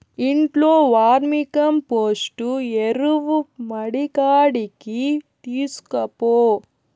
ఇంట్లో వర్మీకంపోస్టు ఎరువు మడికాడికి తీస్కపో